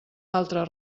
altre